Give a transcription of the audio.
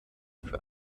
für